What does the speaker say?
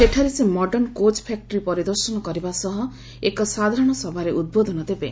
ସେଠାରେ ସେ modern coach factory ପରିଦର୍ଶନ କରିବା ସହ ଏକ ସାଧାରଣ ସଭାରେ ଉଦ୍ବୋଧନ ଦେବେ